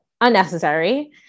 unnecessary